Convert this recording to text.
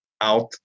out